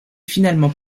finalement